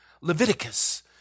Leviticus